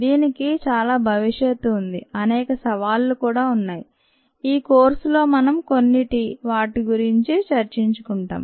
దీనికి చాలా భవిష్యత్తు ఉంది అనేక సవాళ్లు కూడా ఉన్నాయి ఈ కోర్సులో మనం కొన్నిటి గురించి మాట్లాడుకుంటాం